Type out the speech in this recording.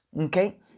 okay